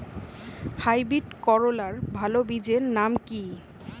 Hybrid করলার ভালো বীজের নাম কি?